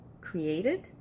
created